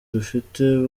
dufite